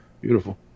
Beautiful